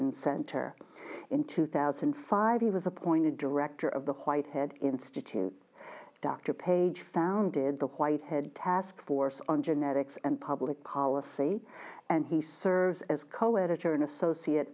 and center in two thousand and five he was appointed director of the white head institute dr paige founded the white head task force on genetics and public policy and he serves as coeditor an associate